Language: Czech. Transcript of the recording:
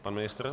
Pan ministr?